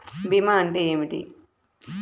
భీమా అంటే ఏమిటి?